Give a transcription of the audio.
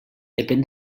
depèn